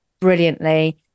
brilliantly